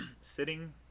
Sitting